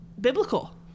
biblical